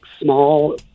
small